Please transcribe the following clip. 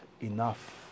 enough